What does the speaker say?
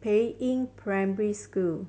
Peiying Primary School